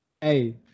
Hey